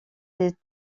des